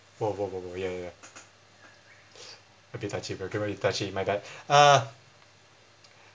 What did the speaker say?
!whoa! !whoa! !whoa! !whoa! ya ya ya a bit touchy that can be touchy my bad uh